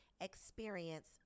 experience